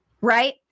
Right